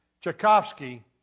Tchaikovsky